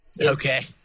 Okay